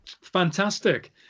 Fantastic